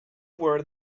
were